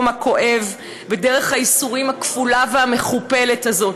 הכואב בדרך הייסורים הכפולה והמכופלת הזאת?